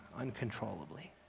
uncontrollably